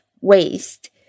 waste